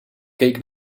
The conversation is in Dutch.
keek